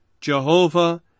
Jehovah